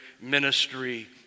ministry